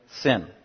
sin